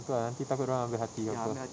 betul ah nanti takut dia orang ambil hati ke apa